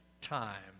time